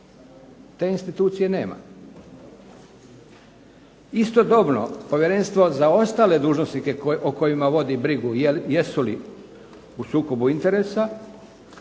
TE institucije nema. Istodobno Povjerenstvo za ostale dužnosnike o kojima vodi brigu je su li u sukobu interesa,